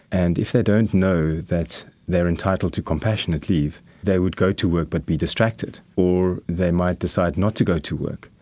and if they don't know that they are entitled to compassionate leave, they would go to work but be distracted, or they might decide not to go to work,